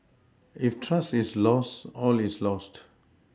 if trust is lost all is lost